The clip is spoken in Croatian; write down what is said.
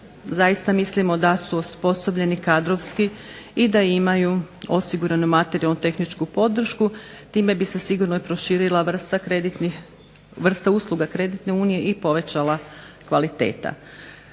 Zaista mislimo da su osposobljeni kadrovski i da imaju osiguranu materijalno-tehničku podršku time bi se sigurno i proširila vrsta usluga kreditne unije i povećala kvaliteta.